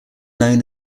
known